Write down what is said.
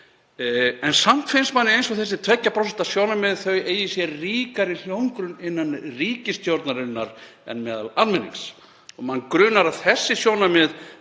Samt finnst manni eins og þessi 2% sjónarmið eigi sér ríkari hljómgrunn innan ríkisstjórnarinnar en meðal almennings og mann grunar að þessi sjónarmið